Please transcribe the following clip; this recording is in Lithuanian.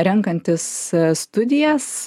renkantis studijas